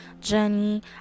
Jenny